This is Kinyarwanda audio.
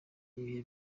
ibihe